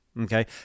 Okay